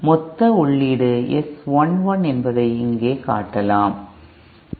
மொத்த உள்ளீடு S 1 1 என்பதை இங்கே காட்டலாம்